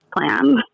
plan